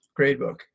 gradebook